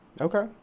Okay